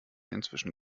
inzwischen